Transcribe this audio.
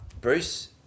Bruce